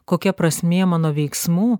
kokia prasmė mano veiksmų